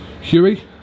Huey